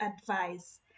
advice